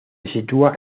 sitúa